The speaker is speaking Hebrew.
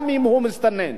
גם אם הוא מסתנן.